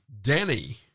Danny